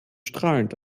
strahlend